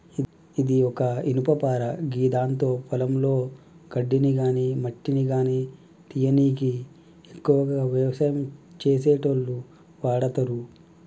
ఇది ఒక ఇనుపపార గిదాంతో పొలంలో గడ్డిని గాని మట్టిని గానీ తీయనీకి ఎక్కువగా వ్యవసాయం చేసేటోళ్లు వాడతరు